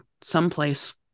someplace